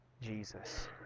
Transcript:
Jesus